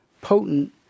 potent